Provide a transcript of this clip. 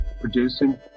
producing